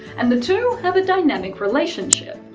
and the two have a dynamic relationship.